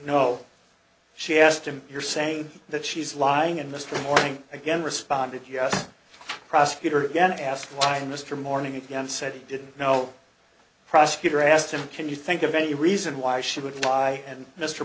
know she asked him you're saying that she's lying and mr morning again responded yes prosecutor again asked why mr morning again said he didn't know the prosecutor asked him can you think of any reason why she would try and mr